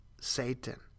Satan